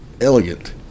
elegant